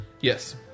Yes